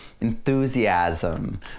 enthusiasm